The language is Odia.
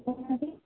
କହୁନାହାଁନ୍ତି